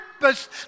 purpose